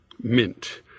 Mint